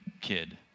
kid